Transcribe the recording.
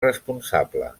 responsable